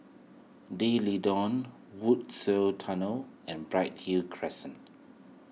D'Leedon Woodsville Tunnel and Bright Hill Crescent